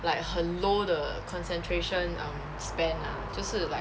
like 很 low 的 concentration um span ah 就是 like